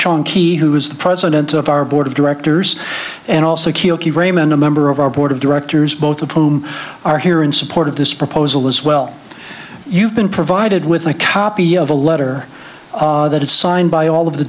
chunky who is the president of our board of directors and also keoki raman a member of our board of directors both of whom are here in support of this proposal as well you've been provided with a copy of a letter that is signed by all of the